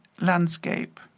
landscape